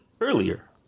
earlier